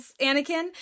Anakin